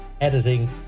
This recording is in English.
editing